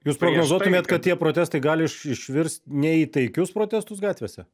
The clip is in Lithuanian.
jūs prognozuotumėt kad tie protestai gali iš išvirst ne į taikius protestus gatvėse